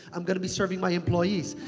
i'm gonna be serving my employees.